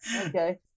Okay